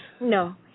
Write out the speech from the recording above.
No